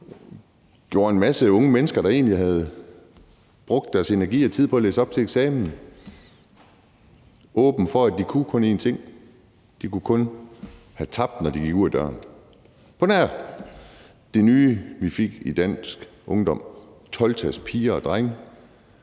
for, at en masse unge mennesker, der egentlig havde brugt deres energi og tid på at læse op til eksamen, kun kunne én ting – de kunne kun have tabt, når de gik ud ad døren, altså på nær de nye, vi fik i dansk ungdom: 12-talspiger og -drenge,